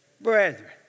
Brethren